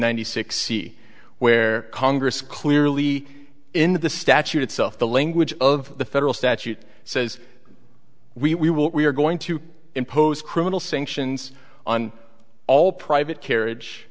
ninety six see where congress clearly in the statute itself the language of the federal statute says we will we are going to impose criminal sanctions on all private kerridge